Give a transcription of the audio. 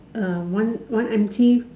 uh one one empty